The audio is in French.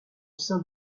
sein